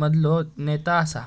मधलो नेता असा